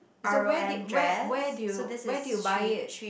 so where did where where did you where did you buy it